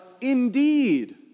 indeed